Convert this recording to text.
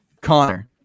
Connor